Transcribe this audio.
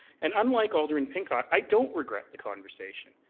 and unlike alderman pincott, i don't regret the conversation.